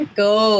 go